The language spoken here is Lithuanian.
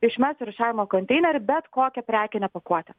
išmes į rūšiavimo konteinerį bet kokią prekinę pakuotę